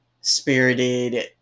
spirited